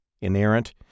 inerrant